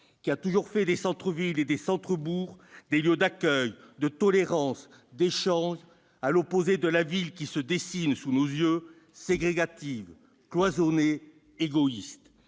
qui a toujours fait des centres-villes et des centres-bourgs des lieux d'accueil, de tolérance, d'échange, à l'opposé de la ville qui se dessine sous nos yeux, ségrégative, cloisonnée, égoïste.